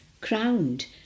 crowned